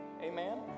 Amen